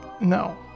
No